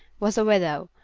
was a widow,